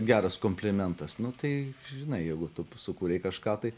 geras komplimentas nu tai žinai jeigu tu sukūrei kažką tai